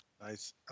Nice